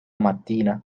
mattina